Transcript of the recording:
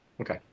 okay